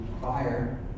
fire